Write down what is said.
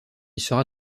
sera